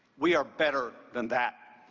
we are better than that.